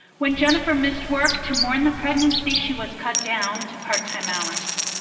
when jennifer missed work to mourn the pregnancy, she was cut down to part time hours.